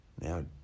Now